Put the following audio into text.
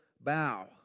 bow